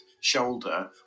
shoulder